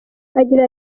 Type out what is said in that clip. agira